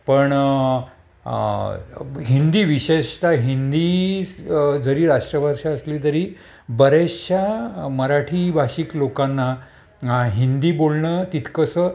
पण हिंदी विशेषता हिंदी जरी राष्ट्रभाषा असली तरी बऱ्याचशा मराठी भाषिक लोकांना हिंदी बोलणं तितकंसं